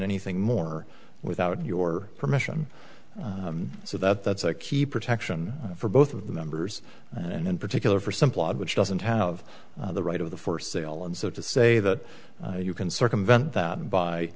anything more without your permission so that that's a key protection for both of the members and in particular for simplot which doesn't have the right of the first sale and so to say that you can circumvent that by